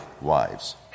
wives